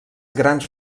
grans